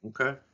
Okay